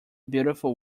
beautiful